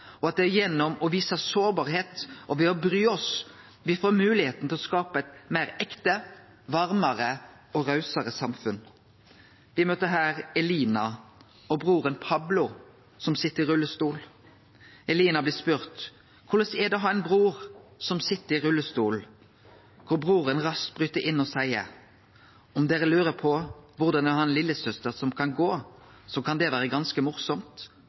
og at det er gjennom å vise sårbarheit og ved å bry oss me får moglegheita til å skape eit meir ekte, varmare og rausare samfunn. Me møtte her Elina og broren Pablo, som sit i rullestol. Elina blir spurd: Korleis er det å ha ein bror som sit i rullestol? Da bryt broren raskt inn og seier: Om de lurer på korleis det er å ha ei veslesyster som kan gå, så kan det vere ganske